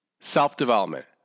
Self-development